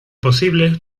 posible